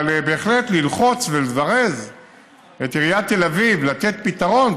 אבל בהחלט ללחוץ ולזרז את עיריית תל אביב לתת פתרון,